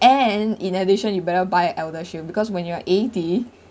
and in addition you better by ElderShield because when you are eighty